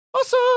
awesome